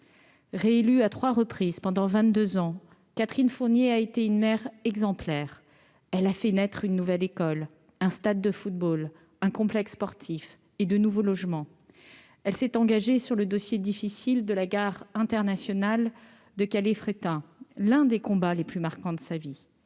Réélu à 3 reprises pendant 22 ans, Catherine Fournier a été une mère exemplaire, elle a fait naître une nouvelle école, un stade de football, un complexe sportif et de nouveaux logements, elle s'est engagée sur le dossier difficile de la gare internationale de Calais Fréthun, l'un des combats les plus marquants de sa vie,